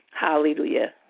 Hallelujah